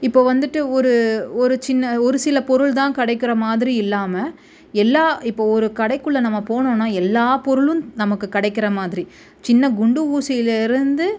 இப்போது வந்துவிட்டு ஒரு ஒரு சின்ன ஒரு சில பொருள் தான் கிடைக்கிற மாதிரி இல்லாமல் எல்லாம் இப்போ ஒரு கடைக்குள்ளே நம்ம போனோம்ன்னா எல்லா பொருளும் நமக்கு கிடைக்கிற மாதிரி சின்ன குண்டு ஊசியில் இருந்து